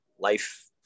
life